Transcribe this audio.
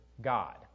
God